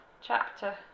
chapter